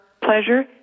pleasure